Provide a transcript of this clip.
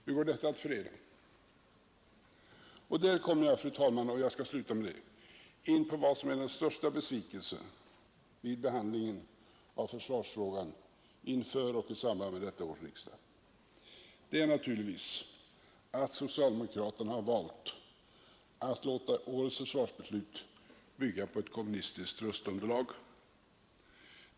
Här kommer jag — och jag skall avsluta mitt anförande med det, fru talman — in på vad som är den största besvikelsen vid behandlingen av försvarsfrågan inför och i samband med detta års riksdag. Det är naturligtvis det faktum att socialdemokraterna har valt att låta årets försvarsbeslut bygga på ett kommunistiskt röstunderlag.